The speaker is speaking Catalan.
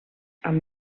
amb